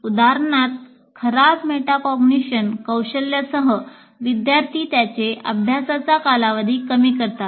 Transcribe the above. उदाहरणार्थ खराब मेटाकॉग्निशन कौशल्यासह विद्यार्थी त्यांचे अभ्यासाचा कालावधी कमी करतात